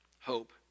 hope